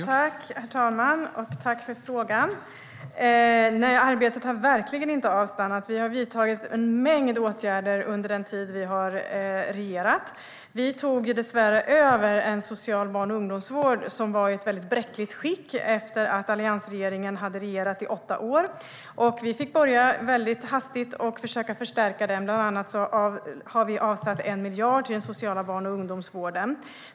Herr talman! Jag tackar för frågan. Arbetet har verkligen inte avstannat. Vi har vidtagit en mängd åtgärder under den tid vi har regerat. Vi tog över en social barn och ungdomsvård som dessvärre var i ett väldigt bräckligt skick efter att alliansregeringen hade regerat i åtta år. Vi fick hastigt börja med att försöka förstärka den. Bland annat har vi avsatt 1 miljard till den sociala barn och ungdomsvården.